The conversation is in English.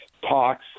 talks